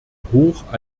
hoch